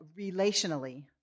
relationally